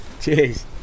Cheers